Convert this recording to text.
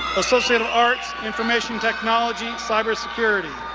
associate of arts, information technology, cybersecurity.